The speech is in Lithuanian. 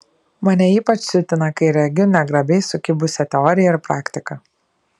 mane ypač siutina kai regiu negrabiai sukibusią teoriją ir praktiką